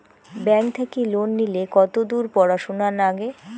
Bank থাকি loan নিলে কতদূর পড়াশুনা নাগে?